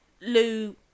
Lou